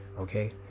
okay